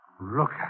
Look